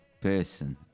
person